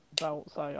belt